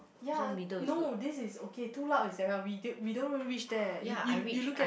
ya no this is okay too loud is that one we don't we don't even reach there you you you look at